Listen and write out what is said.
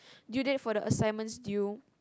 due date for the assignments due